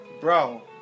Bro